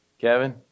Kevin